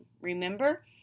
remember